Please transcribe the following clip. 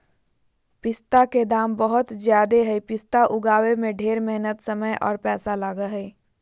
पिस्ता के दाम बहुत ज़्यादे हई पिस्ता उगाबे में ढेर मेहनत समय आर पैसा लगा हई